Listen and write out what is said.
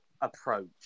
approach